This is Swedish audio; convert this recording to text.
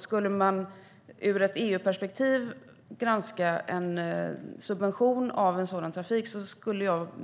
Skulle man ur ett EU-perspektiv granska en subvention av en sådan trafik